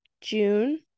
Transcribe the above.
june